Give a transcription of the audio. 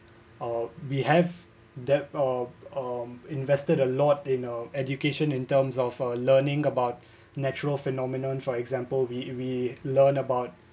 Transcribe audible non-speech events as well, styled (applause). uh we have dep~ um um invested a lot you know education in terms of a learning about (breath) natural phenomenon for example we we learn about